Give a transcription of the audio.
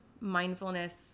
mindfulness